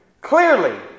clearly